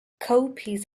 copies